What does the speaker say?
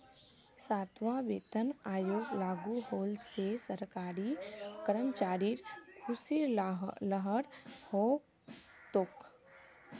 सातवां वेतन आयोग लागू होल से सरकारी कर्मचारिर ख़ुशीर लहर हो तोक